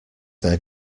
their